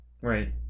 Right